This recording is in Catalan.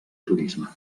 turisme